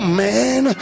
man